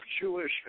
Jewish